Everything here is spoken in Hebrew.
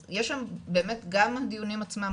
אז יש שם באמת גם הדיונים עצמם,